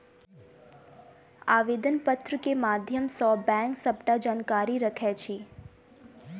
आवेदन पत्र के माध्यम सॅ बैंक सबटा जानकारी रखैत अछि